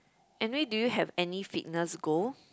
anyway do you have any fitness goal